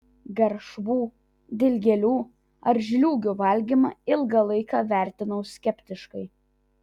garšvų dilgėlių ar žliūgių valgymą ilgą laiką vertinau skeptiškai